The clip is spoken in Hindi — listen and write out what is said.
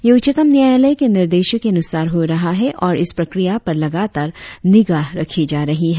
यह उच्चतम न्यायालय के निर्देशों के अनुसार हो रहा है और इस प्रक्रिया पर लगातार निगाह रखी जा रही है